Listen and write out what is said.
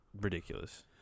ridiculous